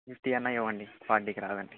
fifty అన్నా ఇవ్వండి ఫార్టీకి రాదండి